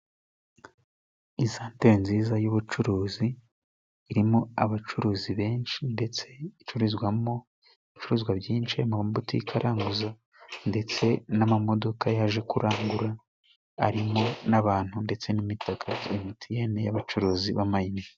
Isantere nziza y'ubucuruzi irimo abacuruzi benshi ndetse icururizwamo ibicuruzwa byinshi mu mabutike aranguza, ndetse n'amamodoka yaje kurangura arimo n'abantu ndetse n'imitako ya MTN y'abacuruzi b'amayinite.